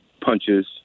punches